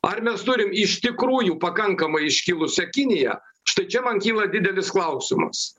ar mes turim iš tikrųjų pakankamai iškilusią kiniją štai čia man kyla didelis klausimas